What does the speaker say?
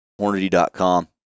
Hornady.com